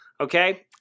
okay